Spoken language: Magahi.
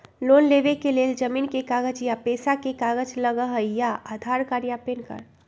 लोन लेवेके लेल जमीन के कागज या पेशा के कागज लगहई या आधार कार्ड या पेन कार्ड?